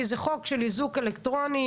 זה חוק של איזוק אלקטרוני,